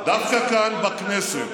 אבל דווקא כאן בכנסת,